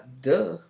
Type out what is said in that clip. duh